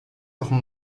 her